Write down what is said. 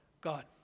God